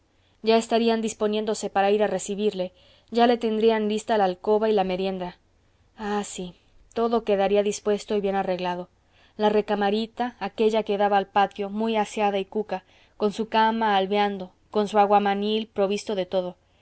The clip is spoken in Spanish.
ya estarían disponiéndose para ir a recibirle ya le tendrían lista la alcoba y la merienda ah sí todo quedaría dispuesto y bien arreglado la recamarita aquella que daba al patio muy aseada y cuca con su cama albeando con su aguamanil provisto de todo